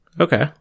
Okay